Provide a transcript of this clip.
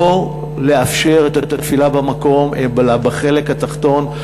לא לאפשר את התפילה במקום אלא בחלק התחתון.